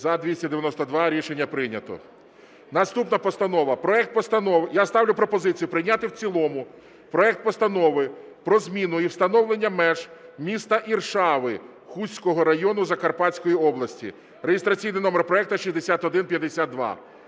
За-292 Рішення прийнято. Наступна постанова – проект Постанови… Я ставлю пропозицію прийняти в цілому проект Постанови про зміну і встановлення меж міста Іршави Хустського району Закарпатської області (реєстраційний номер проекту 6152).